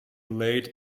late